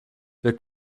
wir